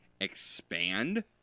expand